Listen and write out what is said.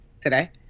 today